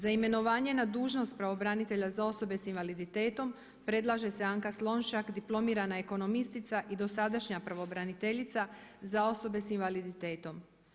Za imenovanje na dužnost pravobranitelja za osobe sa invaliditetom predlaže se Anka Slonjšak diplomirana ekonomistica i dosadašnja pravobraniteljica za osobe sa invaliditetom.